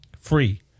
free